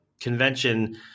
convention